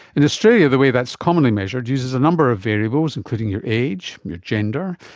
in australia the way that is commonly measured uses a number of variables, including your age, your gender,